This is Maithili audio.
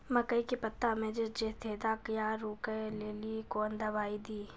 मकई के पता मे जे छेदा क्या रोक ले ली कौन दवाई दी?